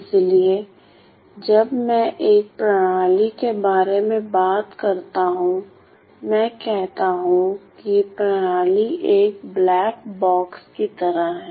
इसलिए जब मैं एक प्रणाली के बारे में बात करता हूं मैं कहता हूं कि प्रणाली एक ब्लैक बॉक्स की तरह है